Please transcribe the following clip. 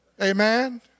Amen